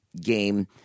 game